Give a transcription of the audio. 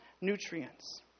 nutrients